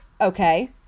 okay